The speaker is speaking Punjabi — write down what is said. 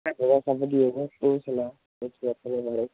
ਹੋਰ ਸਭ ਵਧੀਆ ਹੋਰ ਤੂੰ ਸਣਾ ਕੁਛ ਆਪਣੇ ਬਾਰੇ